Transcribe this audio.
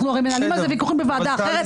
אנחנו הרי מנהלים על זה ויכוחים בוועדה אחרת.